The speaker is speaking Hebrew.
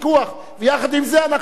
ויחד עם זה אנחנו חיים פה,